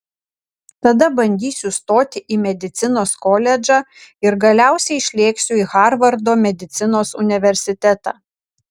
tada bandysiu stoti į medicinos koledžą ir galiausiai išlėksiu į harvardo medicinos universitetą